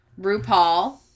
rupaul